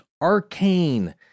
arcane